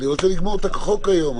אני רוצה לגמור את הצעת החוק היום.